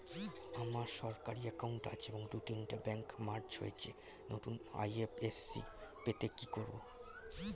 আমার সরকারি একাউন্ট আছে এবং দু তিনটে ব্যাংক মার্জ হয়েছে, নতুন আই.এফ.এস.সি পেতে কি করব?